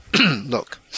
Look